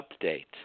update